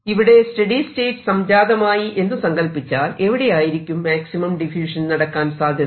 ഇവിടെ steady state സംജാതമായി എന്ന് സങ്കല്പിച്ചാൽ എവിടെയായിരിക്കും മാക്സിമം ഡിഫ്യൂഷൻ നടക്കാൻ സാധ്യത